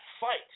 fight